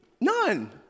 None